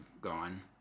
gone